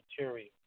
material